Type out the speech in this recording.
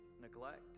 neglect